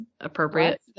appropriate